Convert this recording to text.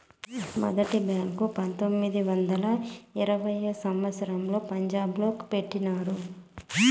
మొదటి బ్యాంకు పంతొమ్మిది వందల ఇరవైయవ సంవచ్చరంలో పంజాబ్ లో పెట్టినారు